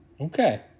Okay